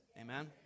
Amen